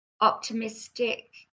optimistic